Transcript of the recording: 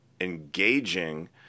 engaging